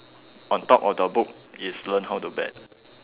on top of the book is learn how to bet